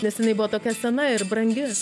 nes jinai buvo tokia sena ir brangi